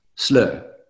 Slur